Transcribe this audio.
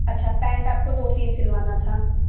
अच्छा पैंट आपको दो तीन सिलवाना था